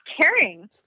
caring